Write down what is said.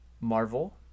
Marvel